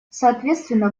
соответственно